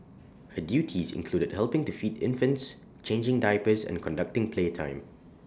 her duties included helping to feed infants changing diapers and conducting playtime